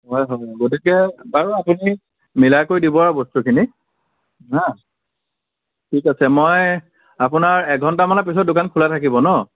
হয় হ'ব গতিকে বাৰু আপুনি মিলাই কৰি দিব আৰু বস্তুখিনি হাঁ ঠিক আছে মই আপোনাৰ এঘণ্টামানৰ পিছত দোকান খোলা থাকিব ন